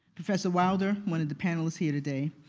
professor wilder, one of the panelists here today,